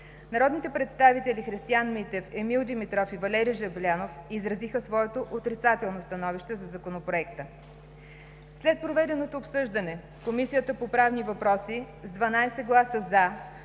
Народните представители Христиан Митев, Емил Димитров и Валери Жаблянов изразиха своето отрицателно становище за Законопроекта. След проведеното обсъждане, Комисията по правни въпроси гласува: